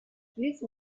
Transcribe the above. these